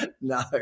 No